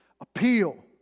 Appeal